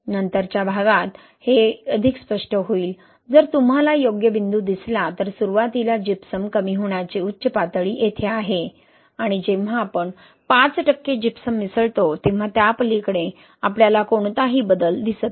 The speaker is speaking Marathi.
नंतरच्या भागात हे अधिक स्पष्ट होईल जर तुम्हाला योग्य बिंदू दिसला तर सुरुवातीला जिप्सम कमी होण्याचे उच्च पातळी येथे आहे आणि जेव्हा आपण 5 टक्के जिप्सम मिसळतो तेव्हा त्यापलीकडे आपल्याला कोणताही बदल दिसत नाही